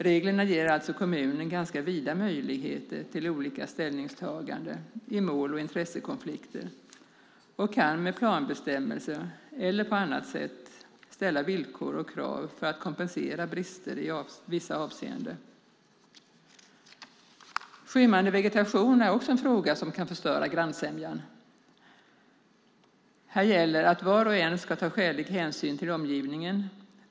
Reglerna ger alltså kommunerna ganska vida möjligheter till olika ställningstaganden i mål och intressekonflikter, och de kan med planbestämmelser eller på annat sätt ställa villkor och krav för att kompensera brister i vissa avseenden. Skymmande vegetation är också något som kan förstöra grannsämjan. Här gäller att var och en ska ta skälig hänsyn till omgivningen.